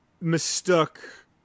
mistook